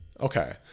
Okay